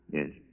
Yes